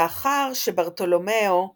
לאחר שבארתולומיאו דיאש,